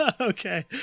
Okay